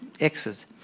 exit